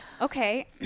Okay